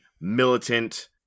militant